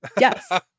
Yes